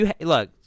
Look